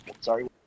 Sorry